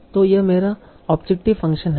तो यह मेरा ऑब्जेक्टिव फंक्शन है